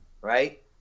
right